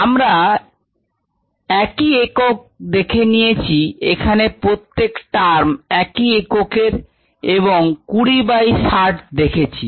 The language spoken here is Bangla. আমরা একই একক দেখে নিয়েছি যেখানে প্রত্যেক টার্ম একই এককের এবং 20 বাই 60 দেখেছি